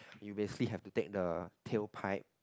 you basically have to take the tail pipe